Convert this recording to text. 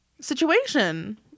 situation